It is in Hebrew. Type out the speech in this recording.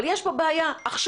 אבל יש פה בעיה עכשיו,